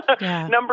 Number